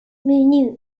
menü